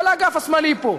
כל האגף השמאלי פה.